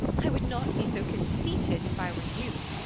i would not be so conceited if i were you.